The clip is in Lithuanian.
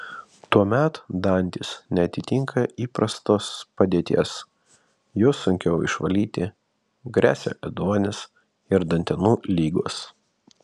tuomet dantys neatitinka įprastos padėties juos sunkiau išvalyti gresia ėduonis ir dantenų ligos